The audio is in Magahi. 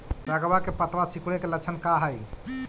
सगवा के पत्तवा सिकुड़े के लक्षण का हाई?